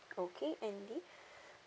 okay andy